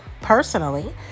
personally